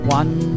one